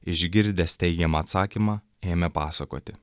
išgirdęs teigiamą atsakymą ėmė pasakoti